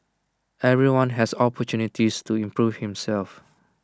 everyone has opportunities to improve himself